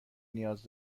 نیاز